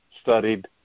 studied